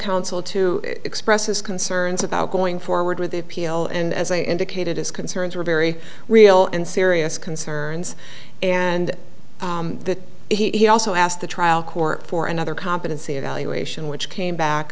counsel to express his concerns about going forward with the appeal and as i indicated his concerns were very real and serious concerns and he also asked the trial court for another competency evaluation which came back